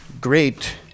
great